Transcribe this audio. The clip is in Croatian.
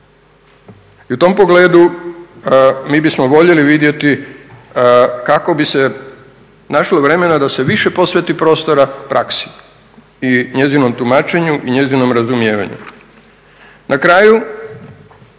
I u tom pogledu mi bismo voljeli vidjeti kako bi se našlo vremena da se više posveti prostora praksi i njezinom tumačenju i njezinom razumijevanju. Na kraju